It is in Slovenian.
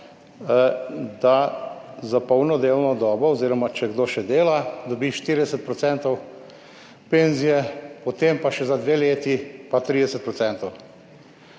da za polno delovno dobo oziroma če kdo še dela, dobi 40 % pokojnine, potem pa še za dve leti 30 %.